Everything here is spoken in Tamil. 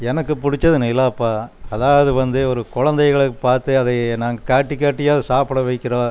எனக்கு பிடிச்சது நிலாப்பா அதாவது வந்து ஒரு குழந்தைகள பார்த்து அதை நாங்கள் காட்டி காட்டியாவது சாப்பிட வைக்கிறோம்